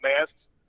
masks